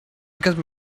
because